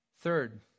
Third